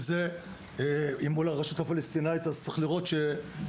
אם זה מול הרשות הפלסטינאית צריך לראות --- לכן,